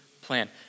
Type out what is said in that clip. plan